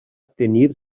tenir